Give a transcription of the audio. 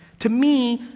to me,